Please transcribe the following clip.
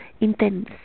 intense